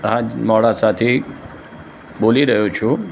હાં જી મોડાસાથી બોલી રહ્યો છું